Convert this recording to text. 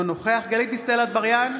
נוכח גלית דיסטל אטבריאן,